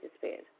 disappeared